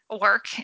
work